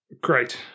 Great